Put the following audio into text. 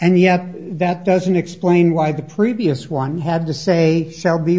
and yet that doesn't explain why the previous one had to say sell be